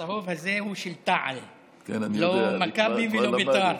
הצהוב הזה הוא של תע"ל, לא מכבי ולא בית"ר.